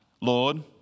Lord